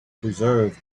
preserved